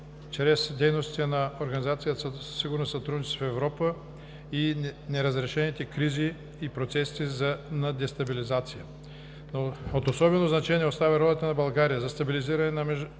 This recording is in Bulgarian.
сътрудничество в Европа в неразрешените кризи и процесите на дестабилизация. От особено значение остава ролята на България за стабилизиране на междудържавните